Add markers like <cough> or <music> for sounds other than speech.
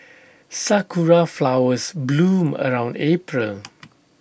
Sakura Flowers bloom around April <noise>